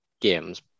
games